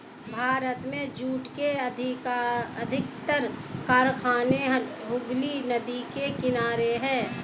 भारत में जूट के अधिकतर कारखाने हुगली नदी के किनारे हैं